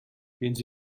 fins